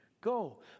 Go